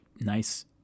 Nice